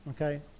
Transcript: okay